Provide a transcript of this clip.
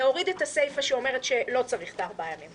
להוריד את הסיפא שאומרת שלא צריך את הארבעה ימים,